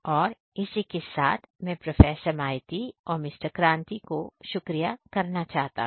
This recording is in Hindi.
और इसी के साथ में प्रोफेसर माईती और मिस्टर क्रांति को शुक्रिया करना चाहता हूं